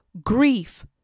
grief